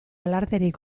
alarderik